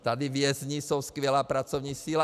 Tady vězni jsou skvělá pracovní síla.